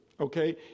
okay